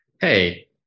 hey